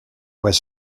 was